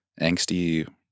angsty